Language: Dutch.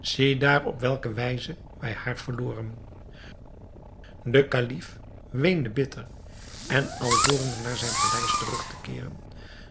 ziedaar op welke wijze wij haar verloren de kalif weende bitter en alvorens naar zijn paleis terug te keeren